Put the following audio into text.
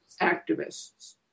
activists